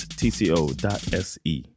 tco.se